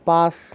পাঁচ